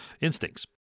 instincts